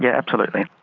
yeah absolutely.